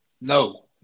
No